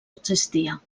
existia